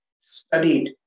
studied